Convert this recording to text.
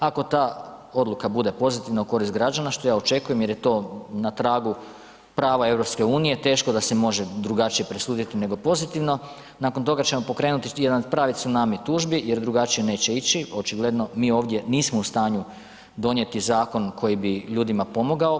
Ako ta odluka bude pozitivna u korist građana, što ja očekujem jer je to na tragu prava EU, teško da se može drugačije presuditi nego pozitivno, nakon toga ćemo pokrenuti jedan pravi cunami tužbi jer drugačije neće ići, očigledno mi ovdje nismo u stanju donijeti zakon koji bi ljudima pomogao.